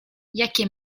jakie